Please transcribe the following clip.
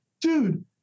dude